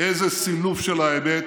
איזה סילוף של האמת,